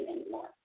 anymore